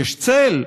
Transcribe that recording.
יש צל?